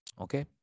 Okay